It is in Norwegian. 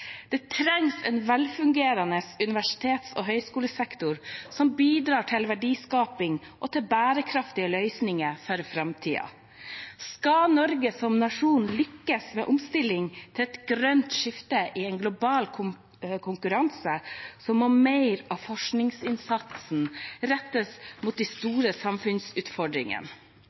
Det trengs en velfungerende universitets- og høyskolesektor som bidrar til verdiskaping og til bærekraftige løsninger for framtiden. Skal Norge som nasjon lykkes med omstilling til et grønt skifte i en global konkurranse, må mer av forskningsinnsatsen rettes mot de store samfunnsutfordringene.